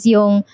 Yung